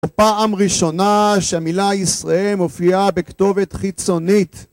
בפעם ראשונה שהמילה ישראל מופיעה בכתובת חיצונית